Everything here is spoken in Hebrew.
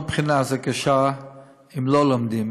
אדוני, כל בחינה היא קשה אם לא לומדים.